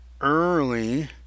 early